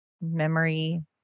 memory